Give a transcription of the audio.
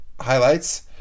highlights